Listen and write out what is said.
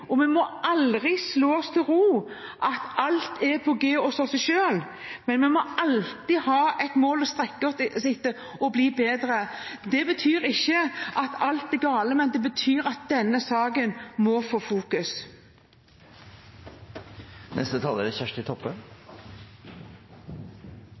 aldri slå oss til ro med at vi har alt på g hos oss selv. Vi må alltid ha et mål å strekke oss etter og bli bedre. Det betyr ikke at alt er galt, men det betyr at denne saken må i fokus. Det er